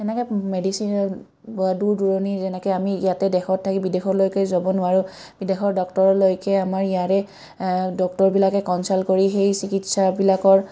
তেনেকৈ মেডিচনে বা দূৰ দূৰণি যেনেকৈ আমি ইয়াতে দেশত থাকি বিদেশলৈকে যাব নোৱাৰোঁ বিদেশৰ ডক্তৰলৈকে আমাৰ ইয়াৰে ডক্তৰবিলাকে কঞ্চাল্ট কৰি সেই চিকিৎসাবিলাকৰ